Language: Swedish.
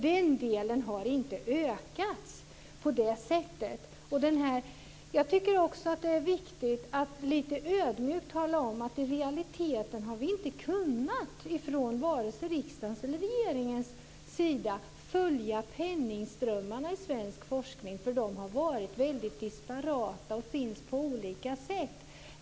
Den delen har inte ökat på det sättet. Jag tycker också att det är viktigt att lite ödmjukt tala om att i realiteten har man inte ifrån vare sig riksdagen eller regeringen kunnat följa penningströmmarna i svensk forskning eftersom de har varit väldigt disparata och finns på olika sätt.